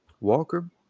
Walker